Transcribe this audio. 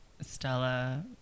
Stella